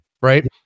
Right